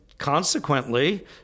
Consequently